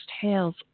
tales